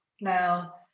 Now